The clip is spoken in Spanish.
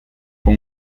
fue